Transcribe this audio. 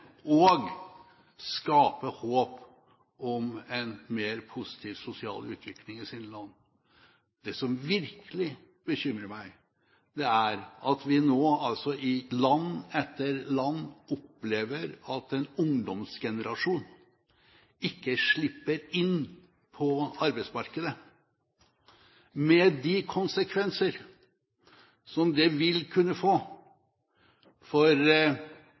og skape håp om en mer positiv sosial utvikling i sine land. Det som virkelig bekymrer meg, er at vi nå i land etter land opplever at en ungdomsgenerasjon ikke slipper inn på arbeidsmarkedet, med de konsekvenser som det vil kunne få for